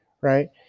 right